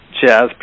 jazz